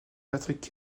patrick